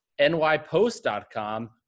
nypost.com